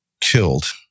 Killed